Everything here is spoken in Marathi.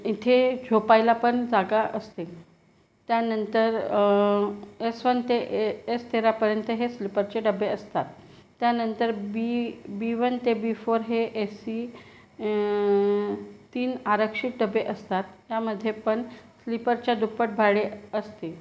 इथे झोपायला पण जागा असते त्यानंतर एस वन ते ए एस तेरापर्यंत हे स्लीपरचे डबे असतात त्यानंतर बी बी वन ते बी फोर हे ए सी तीन आरक्षित डबे असतात त्यामध्ये पण स्लीपरच्या दुप्पट भाडे असते